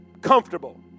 comfortable